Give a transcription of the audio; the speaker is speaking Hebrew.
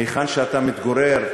מהיכן שאתה מתגורר,